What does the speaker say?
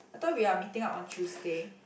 I thought we are meeting up on Tuesday